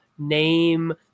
Name